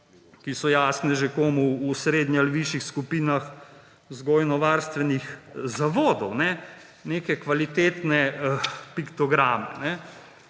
ki so jasne že komu v srednjih ali višjih skupinah vzgojno-varstvenih zavodov, neke kvalitetne pikograme.